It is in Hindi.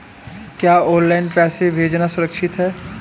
क्या ऑनलाइन पैसे भेजना सुरक्षित है?